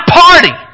party